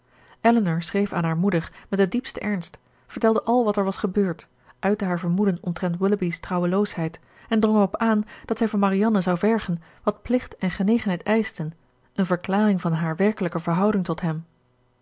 elinor schreef aan hare moeder met den diepsten ernst vertelde al wat er was gebeurd uitte haar vermoeden omtrent willoughby's trouweloosheid en drong er op aan dat zij van marianne zou vergen wat plicht en genegenheid eischten eene verklaring van haar werkelijke verhouding tot hem